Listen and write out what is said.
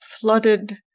flooded